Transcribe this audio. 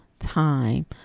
time